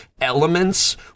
elements